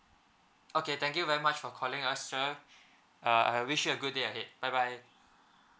okay thank you very much for calling us sir uh I wish you a good day ahead bye bye